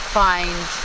find